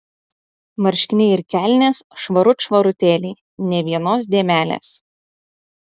marškiniai ir kelnės švarut švarutėliai nė vienos dėmelės